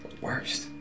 Worst